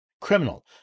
criminal